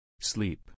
Sleep